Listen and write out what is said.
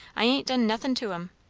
i ain't done nothin' to em.